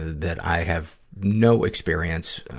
that i have no experience,